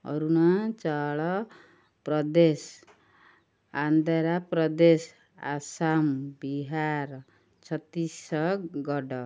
Arunachal Pradesh Andhra Pradesh Assam Bihar Chhattisgarh